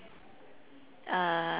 uh